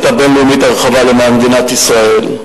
הבין-לאומית הרחבה למען מדינת ישראל.